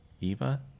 Eva